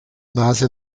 nase